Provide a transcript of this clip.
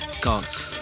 gods